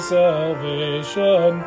salvation